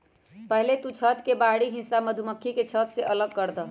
पहले तु छत्त के बाहरी हिस्सा मधुमक्खी के छत्त से अलग करदे